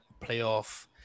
playoff